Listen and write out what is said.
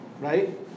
Right